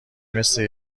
مثه